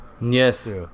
Yes